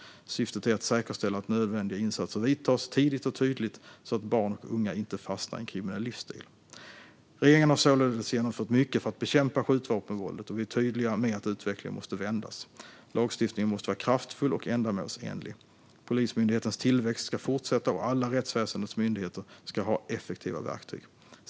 Syftet är att säkerställa att nödvändiga insatser vidtas, tidigt och tydligt, så att barn och unga inte fastnar i en kriminell livsstil. Regeringen har således genomfört mycket för att bekämpa skjutvapenvåldet, och vi är tydliga med att utvecklingen måste vändas. Lagstiftningen måste vara kraftfull och ändamålsenlig. Polismyndighetens tillväxt ska fortsätta, och alla rättsväsendets myndigheter ska ha effektiva verktyg.